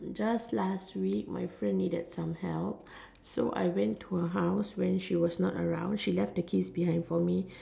just last week my friend needed some help so I went to her house when she was not around she left the keys behind for me